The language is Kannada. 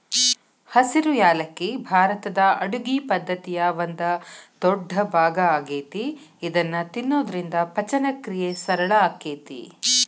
ಹಸಿರು ಯಾಲಕ್ಕಿ ಭಾರತದ ಅಡುಗಿ ಪದ್ದತಿಯ ಒಂದ ದೊಡ್ಡಭಾಗ ಆಗೇತಿ ಇದನ್ನ ತಿನ್ನೋದ್ರಿಂದ ಪಚನಕ್ರಿಯೆ ಸರಳ ಆಕ್ಕೆತಿ